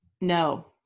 no